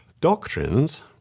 Doctrines